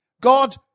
God